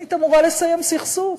הפלסטינית אמורה לסיים סכסוך,